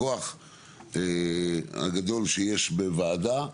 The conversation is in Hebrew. הכוח הגדול שיש בוועדה,